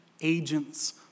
Agents